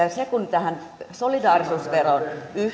ja se kun tähän solidaarisuusveroon